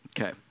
Okay